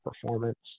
performance